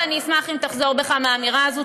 ואני אשמח אם תחזור בך מהאמירה הזאת.